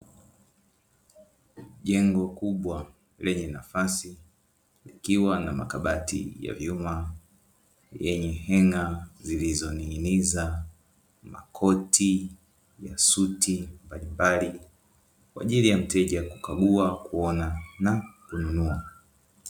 Jengo kubwa lenye nafasi, likiwa na makabati ya vyuma, lenye heng'a zilizoninginiza makoti ya suti mbalimbali kwa ajili ya mteja kukagua, kuona na kununua.